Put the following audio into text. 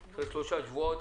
אחרי שלושה שבועות